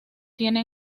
tiene